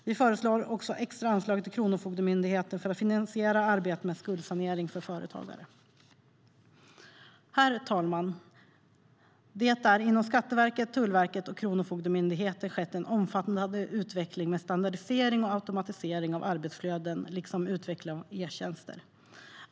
Vi föreslår också extra anslag till Kronofogdemyndigheten för att finansiera arbete med skuldsanering för företagare. Inom Skatteverket, Tullverket och Kronofogdemyndigheten har det skett en omfattande utveckling med standardisering och automatisering av arbetsflöden liksom utveckling av e-tjänster.